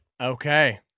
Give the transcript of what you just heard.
Okay